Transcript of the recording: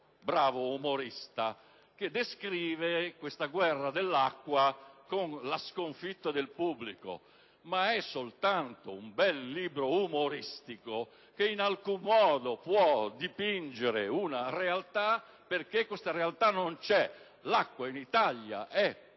bravo umorista che descrive la guerra dell'acqua come la sconfitta del pubblico; ma è soltanto un bel libro umoristico, che in alcun modo può dipingere una realtà, perché questa realtà non esiste. L'acqua in Italia è